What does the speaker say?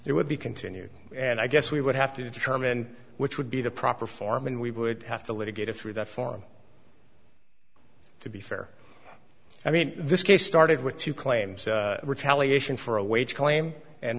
it would be continued and i guess we would have to determine which would be the proper form and we would have to litigate it through that forum to be fair i mean this case started with two claims retaliation for a wage claim and